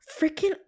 freaking